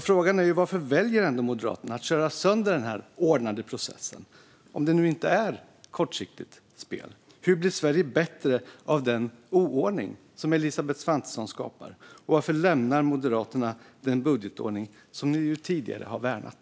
Frågan är varför Moderaterna väljer att köra sönder den ordnade processen om det nu inte är ett kortsiktigt spel. Hur blir Sverige bättre av den oordning Elisabeth Svantesson skapar? Varför lämnar Moderaterna den budgetordning som de tidigare har värnat?